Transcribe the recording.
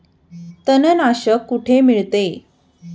तणनाशक कुठे मिळते?